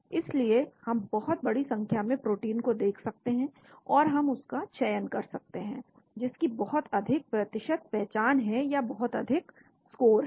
तो हम बड़ी संख्या में प्रोटीन को देख सकते हैं और हम उसी का चयन कर सकते हैं जिसकी बहुत अधिक प्रतिशत पहचान है या बहुत अधिक स्कोर है